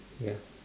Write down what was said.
ya